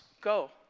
go